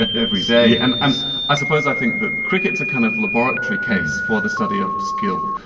every day, and and i suppose i think that cricket's a kind of laboratory case for the study of skill,